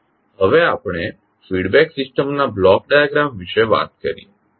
હવે આપણે feedback system ના બ્લોક ડાયાગ્રામ વિશે વાત કરીએ